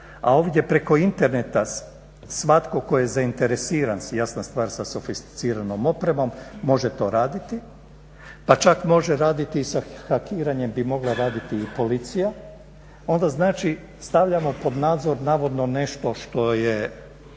a ovdje preko interneta svatko tko je zainteresiran, jasna stvar sa sofisticiranom opremom može to raditi, pa čak može raditi i sa hakiranjem bi mogla raditi i policija, onda znači stavljamo pod nadzor navodno nešto što je